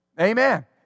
Amen